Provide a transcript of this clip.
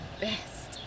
best